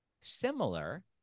similar